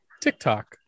TikTok